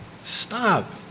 stop